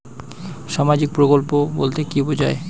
সামাজিক প্রকল্প বলতে কি বোঝায়?